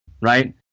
right